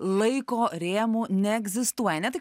laiko rėmų neegzistuoja ne tai